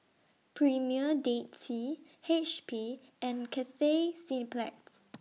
Premier Dead Sea H P and Cathay Cineplex